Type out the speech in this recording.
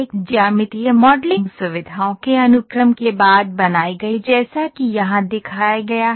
एक ज्यामितीय मॉडलिंग सुविधाओं के अनुक्रम के बाद बनाई गई जैसा कि यहां दिखाया गया है